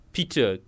Peter